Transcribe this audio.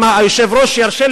אם היושב-ראש ירשה לי,